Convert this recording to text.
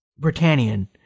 Britannian